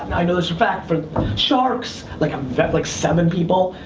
i know this for fact, for sharks, like i vet like seven people.